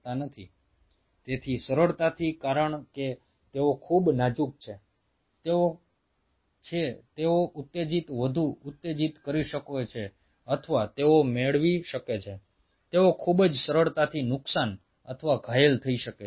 તેથી સરળતાથી કારણ કે તેઓ ખૂબ નાજુક છે તેઓ છે તેઓ ઉત્તેજિત વધુ ઉત્તેજિત કરી શકે છે અથવા તેઓ મેળવી શકે છે તેઓ ખૂબ જ સરળતાથી નુકસાન અથવા ઘાયલ થઈ શકે છે